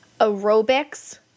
aerobics